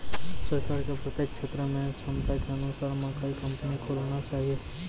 सरकार के प्रत्येक क्षेत्र मे क्षमता के अनुसार मकई कंपनी खोलना चाहिए?